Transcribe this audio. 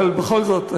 אבל בכל זאת,